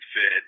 fit